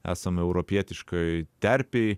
esam europietiškoj terpėj